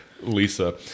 Lisa